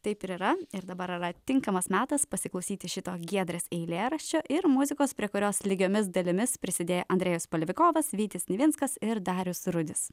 taip ir yra ir dabar yra tinkamas metas pasiklausyti šito giedrės eilėraščio ir muzikos prie kurios lygiomis dalimis prisidėjo andrėjus spalvikovas vytis nivinskas ir darius rudis